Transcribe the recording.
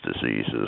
diseases